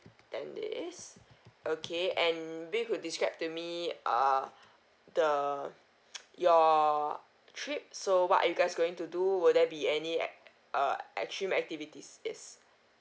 ten days okay and maybe could describe to me err the your trip so what are you guys going to do will there be any ex~ err extreme activities yes